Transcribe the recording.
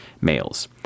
males